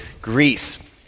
Greece